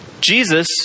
Jesus